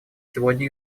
сегодня